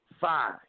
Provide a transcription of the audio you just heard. five